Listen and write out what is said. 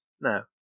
No